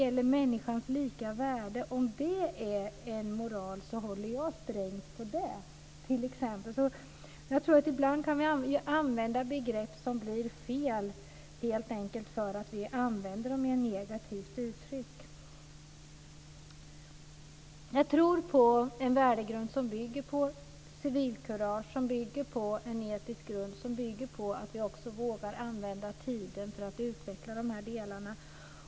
Om människors lika värde är en moral håller jag strängt på det. Ibland använder vi begrepp så att det blir fel, helt enkelt därför att vi använder dem i negativa uttryck. Jag tror på en värdegrund som utgår från civilkurage och etik, och vi måste våga använda tiden för att utveckla de här grundelementen.